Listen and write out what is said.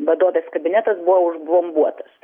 vadovės kabinetas buvo užblombuotas